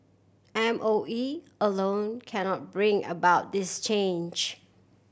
M O E alone cannot bring about this change